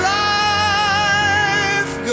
life